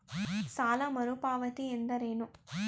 ಸಾಲ ಮರುಪಾವತಿ ಎಂದರೇನು?